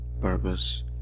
purpose